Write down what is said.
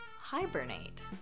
hibernate